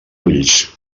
ulls